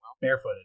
Barefooted